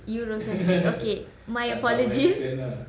euro centric okay my apologies